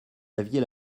aviez